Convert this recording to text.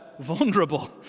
Vulnerable